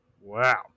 Wow